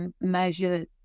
measure